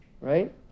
right